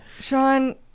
Sean